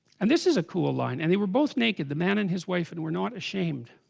and this is cool line and they, were both naked the man and his wife and we're not ashamed